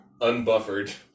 unbuffered